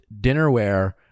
dinnerware